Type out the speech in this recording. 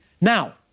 Now